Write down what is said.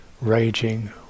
raging